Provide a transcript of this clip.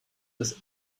ist